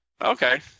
Okay